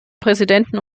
präsidenten